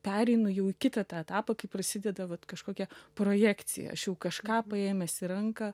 pereinu jau kitą tą etapą kai prasideda vat kažkokia projekcija aš jau kažką paėmęs į ranką